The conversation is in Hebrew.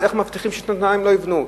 אז איך מבטיחים ששנתיים לא יבנו?